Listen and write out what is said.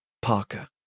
Parker